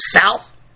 South